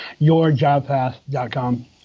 yourjobpath.com